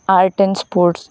art and sports